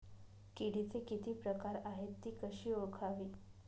किडीचे किती प्रकार आहेत? ति कशी ओळखावी?